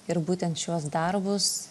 ir būtent šiuos darbus